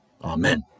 Amen